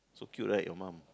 so cute right your mum